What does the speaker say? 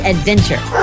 Adventure